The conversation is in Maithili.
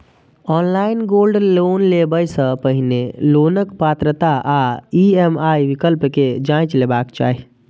ऑनलाइन गोल्ड लोन लेबय सं पहिने लोनक पात्रता आ ई.एम.आई विकल्प कें जांचि लेबाक चाही